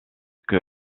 que